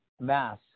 mass